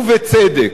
ובצדק,